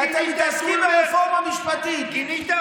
גינית את